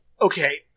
Okay